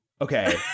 okay